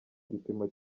gipimo